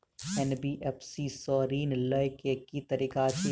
NBFC सँ ऋण लय केँ की तरीका अछि?